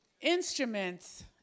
instruments